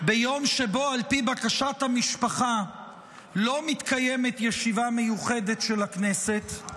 ביום שבו על פי בקשת המשפחה לא מתקיימת ישיבת מיוחדת של הכנסת,